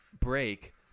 break